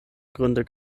gründe